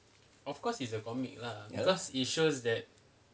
ya lah